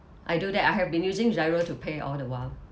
I do that I have been using GIRO to pay all the while